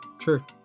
sure